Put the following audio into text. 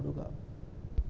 ചാടുക